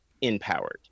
empowered